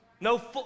No